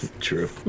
true